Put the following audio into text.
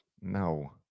No